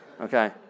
Okay